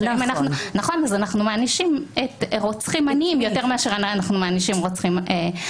אז אנחנו מענישים רוצחים עניים יותר מאשר אנחנו מענישים רוצחים עשירים.